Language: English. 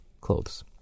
clothes